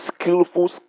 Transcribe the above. skillful